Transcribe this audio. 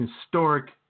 historic